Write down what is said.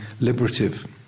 liberative